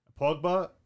Pogba